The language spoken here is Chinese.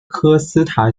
科斯塔